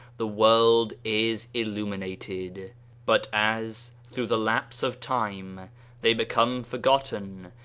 the world is illum inated but as through the lapse of time they become forgotten,